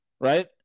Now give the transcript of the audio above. right